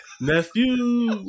nephew